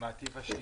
-- מה טיב השינוי?